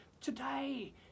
today